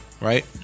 Right